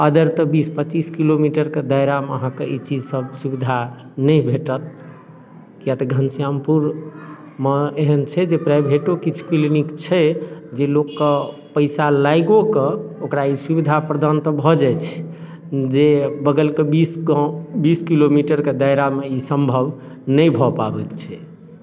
other तऽ बीस पचीस किलोमीटरके दायरामे अहाँके ई चीजसब सुविधा नहि भेटत किएक तऽ घनश्यामपुरमे एहन छै जे प्राइवेटो किछु क्लिनिक छै जे लोकके पइसा लागिओके ओकरा ई सुविधा प्रदान तऽ भऽ जाइ छै जे बगलके बीस गाम बीस किलोमीटरके दायरामे ई सम्भव नहि भऽ पाबैत छै